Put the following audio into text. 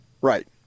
Right